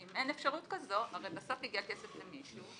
אם אין אפשרות כזו, הרי בסוף יגיע הכסף למישהו,